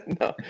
No